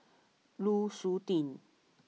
Lu Suitin